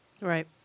right